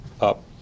up